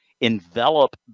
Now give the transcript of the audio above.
envelop